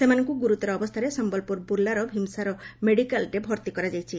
ସେମାନଙ୍କୁ ଗୁରୁତର ଅବସ୍ଥାରେ ସୟଲପୁର ବୁଲ୍ଲାର ଭୀମସାର ମେଡ଼ିକାଲରେ ଭର୍ତ୍ତି କରାଯାଇଛି